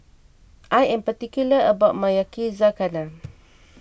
I am particular about my Yakizakana